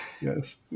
Yes